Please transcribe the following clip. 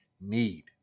need